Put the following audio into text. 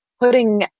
putting